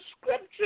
scripture